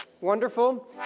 Wonderful